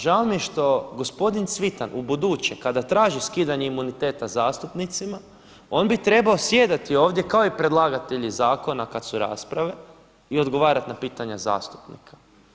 Žao mi je što gospodin Cvitan u buduće kada traži skidanje imuniteta zastupnicima, on bi trebao sjedati ovdje kao i predlagatelji zakona kad su rasprave i odgovarati na pitanja zastupnika.